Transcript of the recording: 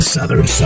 Southern